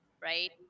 right